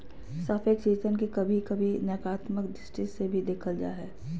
सापेक्ष रिटर्न के कभी कभी नकारात्मक दृष्टि से भी देखल जा हय